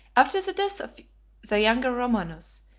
after the death of the younger romanus,